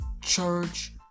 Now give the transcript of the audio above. church